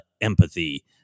empathy